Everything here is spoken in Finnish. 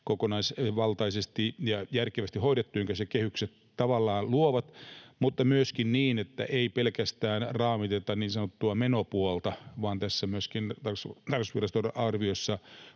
kokonaisvaltaisesti ja järkevästi hoitaen, minkä pohjan kehykset tavallaan luovat, mutta myöskin niin, että ei pelkästään raamiteta niin sanottua menopuolta. Tässä tarkastusviraston arviossa